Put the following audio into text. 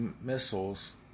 missiles